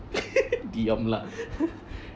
diam lah